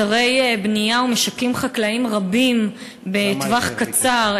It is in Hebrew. אתרי בנייה ומשקים חקלאיים רבים בטווח קצר,